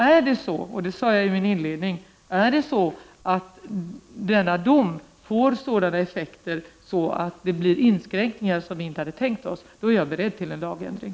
Om denna dom — det sade jag i min inledning — får sådana effekter att det blir inskränkningar som vi inte hade tänkt oss, då kommer vi att vidta en lagändring.